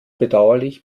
bedauerlich